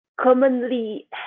commonly